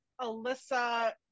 Alyssa